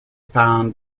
found